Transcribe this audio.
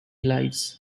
lives